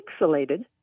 pixelated